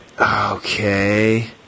Okay